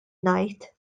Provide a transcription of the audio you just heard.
ngħid